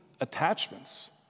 attachments